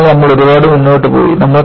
അതിനാൽ നമ്മൾ ഒരുപാട് മുന്നോട്ട് പോയി